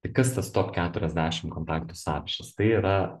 tai kas tas top keturiasdešim kontaktų sąrašas tai yra